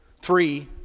three